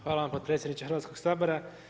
Hvala vam potpredsjedniče Hrvatskog sabora.